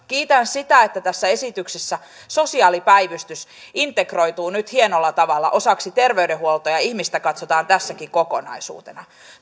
kiitän siitä että tässä esityksessä sosiaalipäivystys integroituu nyt hienolla tavalla osaksi terveydenhuoltoa ja ihmistä katsotaan tässäkin kokonaisuutena